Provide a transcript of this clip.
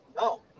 no